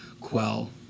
quell